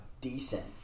decent